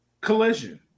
Collision